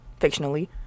fictionally